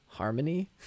harmony